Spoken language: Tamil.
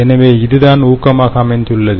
எனவே இதுதான் ஊக்கமாக அமைந்துள்ளது